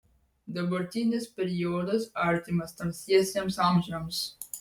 dabartinis periodas artimas tamsiesiems amžiams